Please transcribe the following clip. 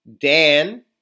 Dan